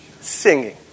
Singing